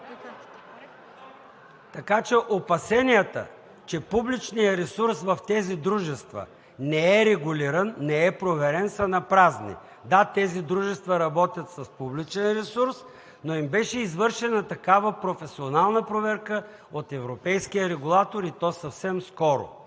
Така че опасенията, че публичният ресурс в тези дружества не е регулиран, не е проверен, са напразни. Да, тези дружества работят с публичен ресурс, но им беше извършена такава професионална проверка от европейския регулатор, и то съвсем скоро.